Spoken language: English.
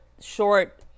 short